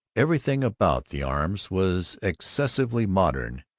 everything about the arms was excessively modern,